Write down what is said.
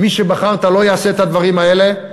מי שבחרת לא יעשה את הדברים האלה.